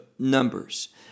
numbers